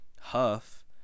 Huff